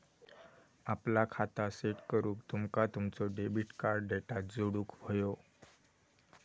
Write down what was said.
आपला खाता सेट करूक तुमका तुमचो डेबिट कार्ड डेटा जोडुक व्हयो